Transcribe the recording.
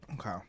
Okay